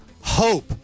hope